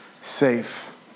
Safe